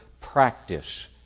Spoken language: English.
practice